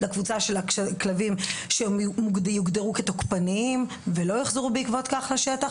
לקבוצה של הכלבים שהם יוגדרו כתוקפניים ולא יוחזרו בעקבות כך לשטח,